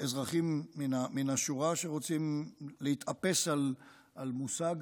אזרחים מן השורה שרוצים להתאפס על מושג,